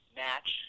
match